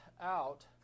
out